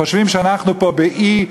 חושבים שאנחנו פה באי,